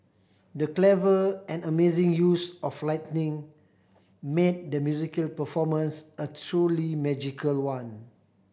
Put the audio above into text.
the clever and amazing use of lighting made the musical performance a truly magical one